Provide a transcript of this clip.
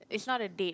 it's not a date